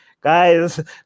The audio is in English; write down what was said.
guys